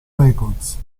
records